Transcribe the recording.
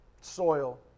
soil